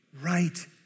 Right